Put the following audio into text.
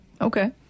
okay